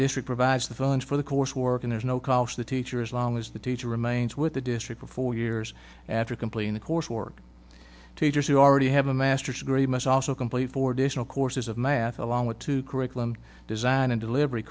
artistic provides the funds for the course work and there's no cost the teacher as long as the teacher remains with the district for four years after completing the course work teachers who already have a masters degree must also complete for additional courses of math along with two curriculum design and delivery